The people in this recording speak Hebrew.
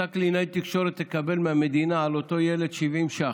אותה קלינאית תקשורת תקבל מהמדינה על אותו ילד 70 ש"ח,